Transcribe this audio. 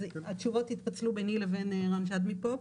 התשובות יתפצלו ביני לבין רן שדמי פה.